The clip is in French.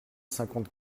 cinquante